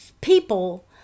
people